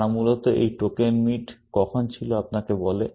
তারা মূলত এই টোকেন মিট কখন ছিল আপনাকে বলে